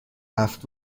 هفت